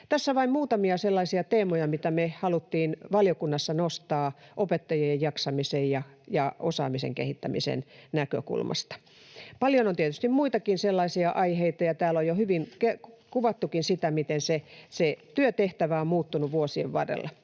Tässä vain muutamia sellaisia teemoja, mitä me haluttiin valiokunnassa nostaa opettajien jaksamisen ja osaamisen kehittämisen näkökulmasta. Paljon on tietysti muitakin sellaisia aiheita, ja täällä on jo hyvin kuvattukin sitä, miten se työtehtävä on muuttunut vuosien varrella.